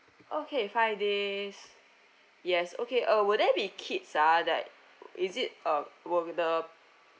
okay five days yes okay uh will there be kids ah like is it uh will the